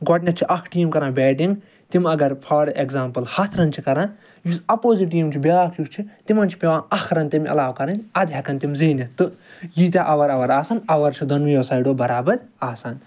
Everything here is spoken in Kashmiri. گۄڈٕنیٚتھ چھُ اَکھ ٹیٖم کَران بیٹِنٛگ تِم اگر فار ایٚگزامپٕل ہَتھ رَن چھِ کَران یُس اَپوٚزِٹ ٹیٖم چھُ بیٛاکھ یُس چھُ تِمن چھُ پیٚوان اکھ رَن تَمہِ علاوٕ کَرٕنۍ اَدٕ ہیٚکن تِم زیٖنِتھ تہٕ ییٖتیٛاہ اَور اَور آسَن اَور چھِ دۄنؤیو سایڈو برابر آسان